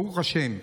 ברוך השם,